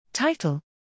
Title